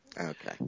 Okay